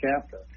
chapter